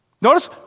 Notice